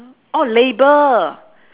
oh label